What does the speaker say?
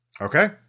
Okay